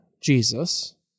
Jesus